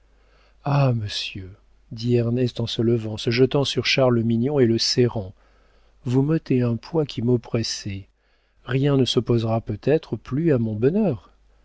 ah monsieur dit ernest en se levant se jetant sur charles mignon et le serrant vous m'ôtez un poids qui m'oppressait rien ne s'opposera peut-être plus à mon bonheur